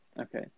Okay